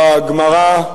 בגמרא: